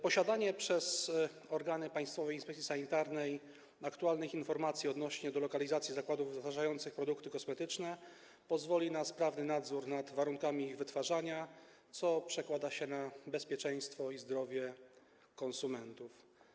Posiadanie przez organy Państwowej Inspekcji Sanitarnej aktualnych informacji odnośnie do lokalizacji zakładów wytwarzających produkty kosmetyczne pozwoli na sprawny nadzór nad warunkami ich wytwarzania, co przekłada się na bezpieczeństwo i zdrowie konsumentów.